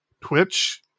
Twitch